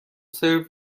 سرو